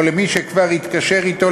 או למי שכבר התקשר אתו,